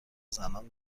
زنان